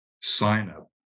sign-up